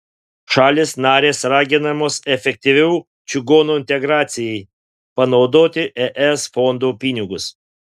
šalys narės raginamos efektyviau čigonų integracijai panaudoti es fondų pinigus